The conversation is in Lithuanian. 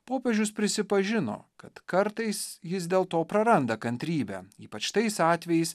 popiežius prisipažino kad kartais jis dėl to praranda kantrybę ypač tais atvejais